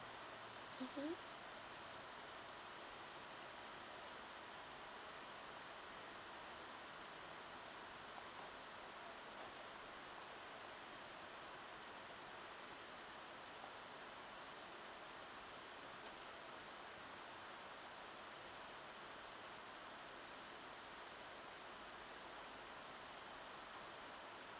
mmhmm